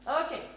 okay